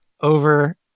over